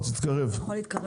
תתקרב.